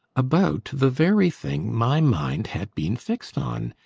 about the very thing my mind had been fixed on.